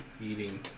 eating